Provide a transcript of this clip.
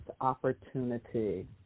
opportunity